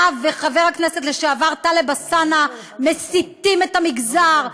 אתה וחבר הכנסת לשעבר טלב אלסאנע מסיתים את המגזר.